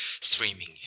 streaming